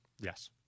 Yes